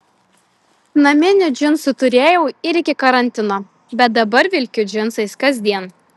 naminių džinsų turėjau ir iki karantino bet dabar vilkiu džinsais kasdien